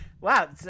wow